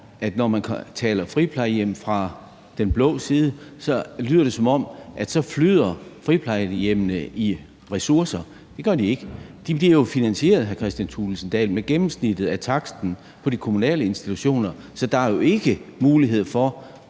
at når man taler friplejehjem fra den blå side, så flyder friplejehjemmene i ressourcer. Det gør de ikke. De bliver jo finansieret, hr. Kristian Thulesen Dahl, med gennemsnittet af taksten på de kommunale institutioner, så der er jo ikke mulighed for